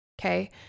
Okay